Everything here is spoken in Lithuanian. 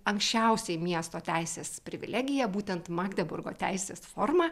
anksčiausiai miesto teisės privilegiją būtent magdeburgo teisės forma